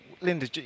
Linda